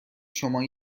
شما